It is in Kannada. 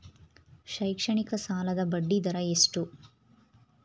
ಶೈಕ್ಷಣಿಕ ಸಾಲದ ಬಡ್ಡಿ ದರ ಎಷ್ಟು?